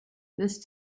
this